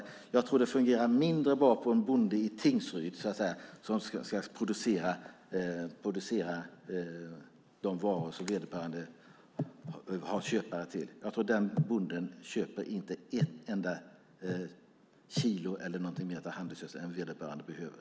Däremot tror jag att det fungerar mindre bra på en bonde i Tingsryd som ska producera de varor som vederbörande har köpare till. Jag tror inte att den bonden köper ett enda kilo handelsgödsel mer än vederbörande behöver.